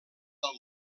del